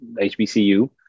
HBCU